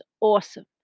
awesome